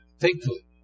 thankfully